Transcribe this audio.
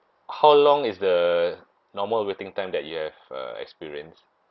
how long is the normal waiting time that you have uh experience